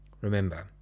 Remember